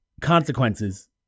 consequences